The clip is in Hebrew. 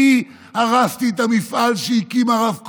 אני הרסתי את המפעל שהקים הרב קוק?